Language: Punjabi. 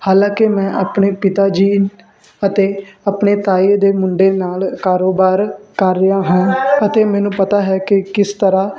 ਹਾਲਾਂਕਿ ਮੈਂ ਆਪਣੇ ਪਿਤਾ ਜੀ ਅਤੇ ਆਪਣੇ ਤਾਏ ਦੇ ਮੁੰਡੇ ਨਾਲ ਕਾਰੋਬਾਰ ਕਰ ਰਿਹਾ ਹਾਂ ਅਤੇ ਮੈਨੂੰ ਪਤਾ ਹੈ ਕਿ ਕਿਸ ਤਰ੍ਹਾਂ